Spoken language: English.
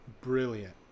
Brilliant